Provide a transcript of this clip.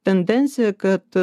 tendenciją kad